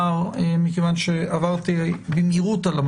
עברתי עליה במהירות.